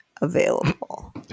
available